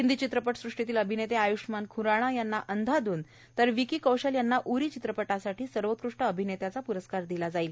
हिंदी चित्रपट सृष्टीतील अभिनेते आय्ष्यमान ख्राना यांना अंधाध्न तर विक्की कौशल यांना उरी चित्रपटासाठी सर्वोत्कृष्ट अभिनेत्यांचा प्रस्कार दिल्या जाईल